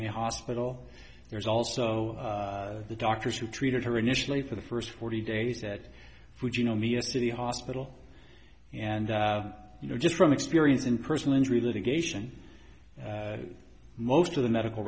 may hospital there's also the doctors who treated her initially for the first forty days that would you know me is to the hospital and you know just from experience and personal injury litigation most of the medical